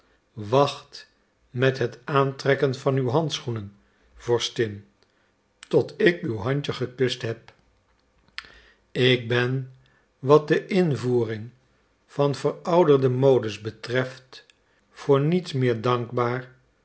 wacht met het aantrekken van uw handschoenen vorstin tot ik uw handje gekust heb ik ben wat de invoering van verouderde modes betreft voor niets meer dankbaar